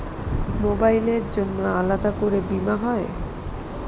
মোবাইলের জন্য আলাদা করে বীমা হয়?